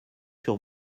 sur